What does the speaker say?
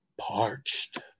parched